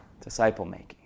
Disciple-making